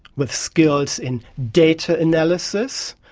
with skills in data analysis,